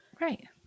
Right